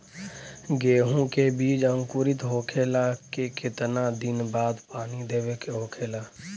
गेहूँ के बिज अंकुरित होखेला के कितना दिन बाद पानी देवे के होखेला?